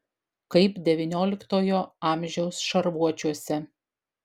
kaip devynioliktojo amžiaus šarvuočiuose